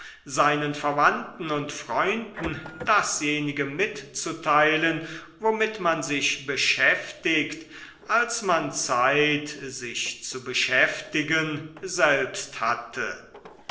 seinen verwandten und freunden dasjenige mitzuteilen womit man sich beschäftigt als man zeit sich zu beschäftigen selbst hatte